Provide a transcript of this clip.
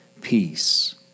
peace